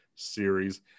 series